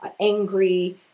angry